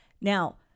Now